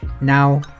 now